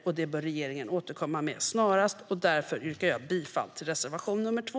Detta bör regeringen återkomma med snarast, och därför yrkar jag bifall till reservation 2.